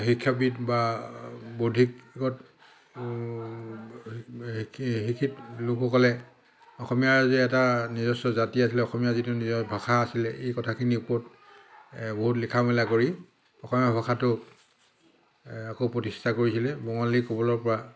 শিক্ষাবিদ বা বৌদ্ধিকগত কি শিক্ষিত লোকসকলে অসমীয়া যে এটা নিজস্ব জাতি আছিলে অসমীয়া যিটো নিজৰ ভাষা আছিলে এই কথাখিনিৰ ওপৰত বহুত লিখা মেলা কৰি অসমীয়া ভাষাটো আকৌ প্ৰতিষ্ঠা কৰিছিলে বঙালীৰ কৱলৰ পৰা